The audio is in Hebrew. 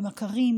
ממכרים,